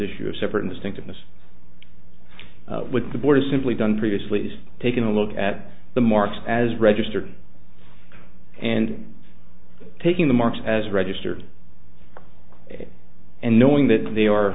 issue a separate instinct in this with the board is simply done previously just taking a look at the marks as registered and taking the marks as registered and knowing that they are